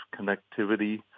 connectivity